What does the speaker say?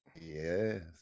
Yes